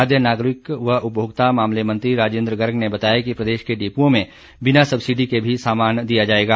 खाद्य नागरिक एवं उपमोक्ता मामले मंत्री राजेंद्र गर्ग ने बताया कि प्रदेश के डिप्ओं में बिना सब्सिडी के भी सामान दिया जाएगा